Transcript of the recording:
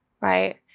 right